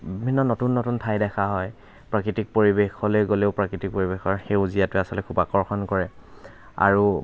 বিভিন্ন নতুন নতুন ঠাই দেখা হয় প্ৰাকৃতিক পৰিৱেশলৈ গ'লেও প্ৰাকৃতিক পৰিৱেশৰ সেউজীয়াটোৱে আচলতে খুব আকৰ্ষণ কৰে আৰু